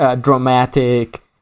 dramatic